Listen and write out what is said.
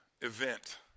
event